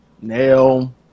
Nail